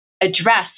address